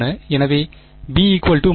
எனவே b j4